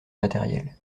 matérielle